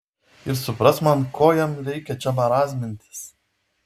ir suprask man ko jam reikia čia marazmintis